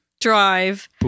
drive